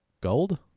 gold